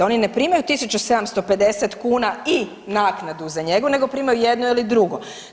Oni ne primaju 1.750 kuna i naknadu za njegu nego primaju jedno ili drugo.